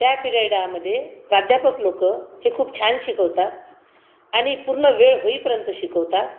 त्या पिरेडांमध्ये प्राध्यापक लोक हे खूप छान शिकवतात आणि पूर्ण वेळ होईपर्यंत शिकवतात